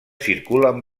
circulen